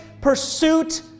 pursuit